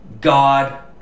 God